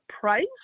Price